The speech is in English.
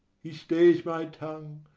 he stays my tongue!